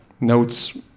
notes